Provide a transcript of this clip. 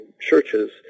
churches